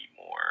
more